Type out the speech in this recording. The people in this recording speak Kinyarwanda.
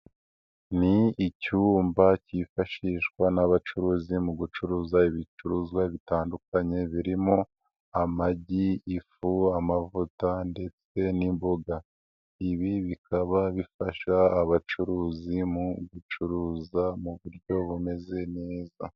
Ni icyumba cyifashishwa n'abacuruzi mu gucuruza ibicuruzwa bitandukanye, birimo: amagi, ifu, amavuta ndetse n'imboga. Ibi bikaba bifasha abacuruzi mu gucuruza mu buryo bumeze neza.